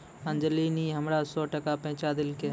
अंजली नी हमरा सौ टका पैंचा देलकै